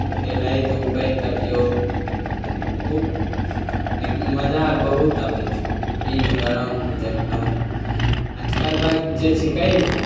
खेलै धूपै तभिओ खूब लेकिन मजा आर बहुत अबै छौ कीनि कऽ आरामसँ देखलहुँ आजकल बात जे छिकै ने